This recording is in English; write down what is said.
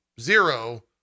zero